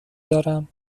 دارم